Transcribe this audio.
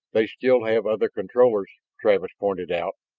they still have other controllers, travis pointed out.